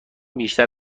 بیشتر